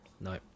no